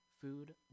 Food